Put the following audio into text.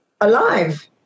alive